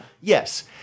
Yes